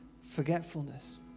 forgetfulness